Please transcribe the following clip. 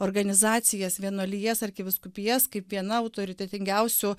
organizacijas vienuolijas arkivyskupijas kaip viena autoritetingiausių